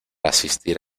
asistir